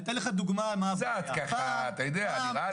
קצת ככה, נראה לי.